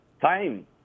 time